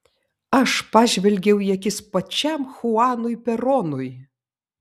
aš pažvelgiau į akis pačiam chuanui peronui